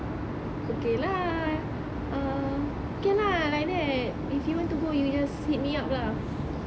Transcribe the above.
okay lah ah can lah like that if you want to go you just hit me up lah